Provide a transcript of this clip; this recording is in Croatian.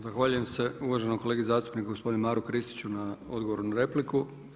Zahvaljujem se uvaženom kolegi zastupniku gospodinu Maru Kristiću na odgovoru na repliku.